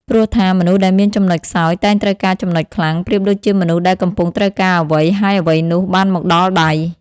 ព្រោះថា មនុស្សដែលមានចំណុចខ្សោយតែងត្រូវការចំណុចខ្លាំង ប្រៀបដូចជាមនុស្សដែលកំពុងត្រូវការអ្វី ហើយអ្វីនោះបានមកដល់ដៃ ។